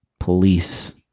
police